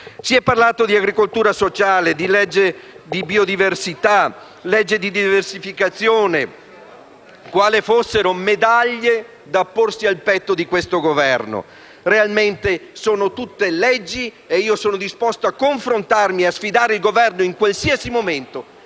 Si è parlato di agricoltura sociale, biodiversità, legge di diversificazione, quasi fossero medaglie da apporre al petto di questo Governo. Sono però disposto a confrontarmi e a sfidare il Governo in qualsiasi momento,